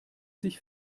sich